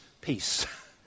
peace